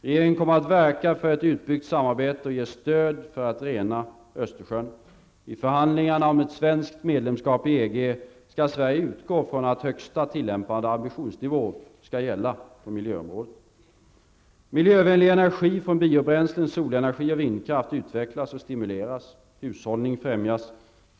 Regeringen kommer att verka för ett utbyggt samarbete och ge stöd för att rena skall Sverige utgå från att högsta tillämpade ambitionsnivå skall gälla på miljöområdet. Miljövänlig energi från biobränslen, solenergi och vindkraft utvecklas och stimuleras. Hushållning främjas.